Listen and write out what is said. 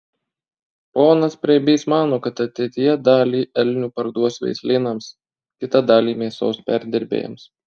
ponas preibys mano kad ateityje dalį elnių parduos veislynams kitą dalį mėsos perdirbėjams